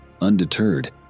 Undeterred